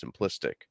simplistic